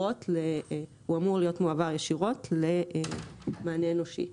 אמור להיות מועבר ישירות למענה אנושי,